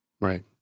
Right